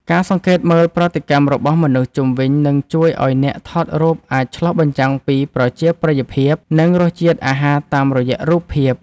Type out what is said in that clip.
ការសង្កេតមើលប្រតិកម្មរបស់មនុស្សជុំវិញ នឹងជួយឱ្យអ្នកថតរូបអាចឆ្លុះបញ្ចាំងពីប្រជាប្រិយភាព និងរសជាតិអាហារតាមរយៈរូបភាព។